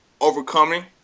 overcoming